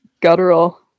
guttural